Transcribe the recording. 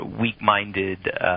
weak-minded